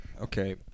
Okay